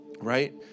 right